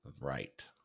Right